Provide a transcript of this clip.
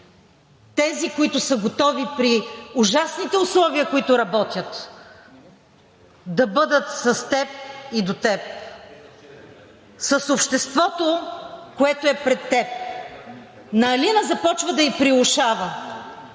тези, които са готови при ужасните условия, при които работят, да бъдат с теб и до теб, с обществото, което е пред теб. На Алина започва да ѝ прилошава.